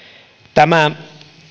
tämä